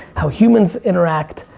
how humans interact.